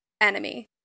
enemy